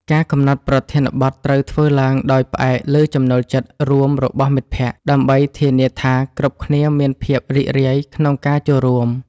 ការកំណត់ប្រធានបទត្រូវធ្វើឡើងដោយផ្អែកលើចំណូលចិត្តរួមរបស់មិត្តភក្តិ ដើម្បីធានាថាគ្រប់គ្នាមានភាពរីករាយក្នុងការចូលរួម។